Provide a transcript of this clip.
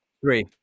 Three